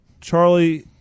Charlie